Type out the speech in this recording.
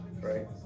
right